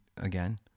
again